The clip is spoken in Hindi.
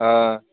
हाँ